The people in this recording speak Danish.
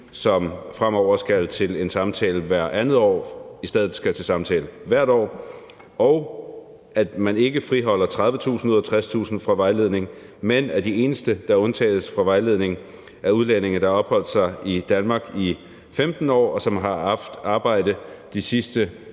som fremover skal til en samtale hvert andet år, i stedet skal til samtale hvert år, og at man ikke friholder 30.000 ud af 60.000 fra vejledning, men at de eneste, der undtages fra vejledning, er udlændinge, der har opholdt sig i Danmark i 15 år, og som har haft arbejde de sidste